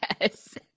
Yes